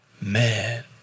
Man